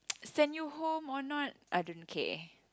send you home or not I don't care